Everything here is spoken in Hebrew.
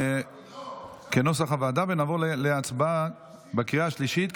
נעבור להצבעה בקריאה השלישית.